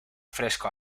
fresco